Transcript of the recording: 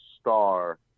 star